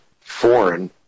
foreign